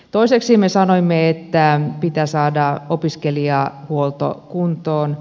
toiseksi me sanoimme että pitää saada opiskelijahuolto kuntoon